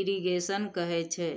irrigation कहय छै